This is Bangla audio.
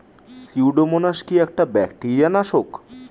সিউডোমোনাস কি একটা ব্যাকটেরিয়া নাশক?